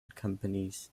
companies